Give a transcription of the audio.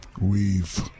Weave